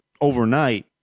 overnight